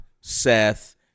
Seth